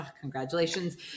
Congratulations